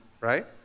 right